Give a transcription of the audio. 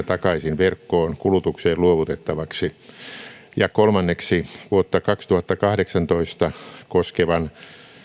takaisin verkkoon kulutukseen luovutettavaksi ja kolmanneksi vuotta kaksituhattakahdeksantoista koskevan